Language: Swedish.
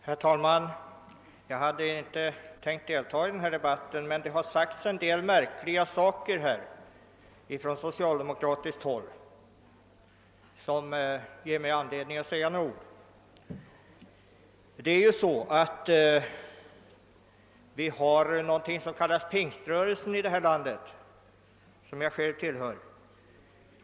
Herr talman! Jag hade inte tänkt del!- ta i denna debatt, men det har gjorts en del märkliga uttalanden från socialdemokratiskt håll som ger mig anledning att säga några ord. Vi har ju i detta land någonting som kallas Pingströrelsen, som jag själv tillhör.